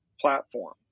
platform